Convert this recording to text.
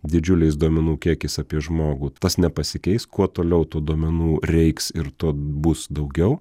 didžiuliais duomenų kiekiais apie žmogų tas nepasikeis kuo toliau tuo duomenų reiks ir to bus daugiau